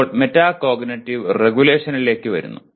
ഇപ്പോൾ മെറ്റാകോഗ്നിറ്റീവ് റെഗുലേഷനിലേക്ക് വരുന്നു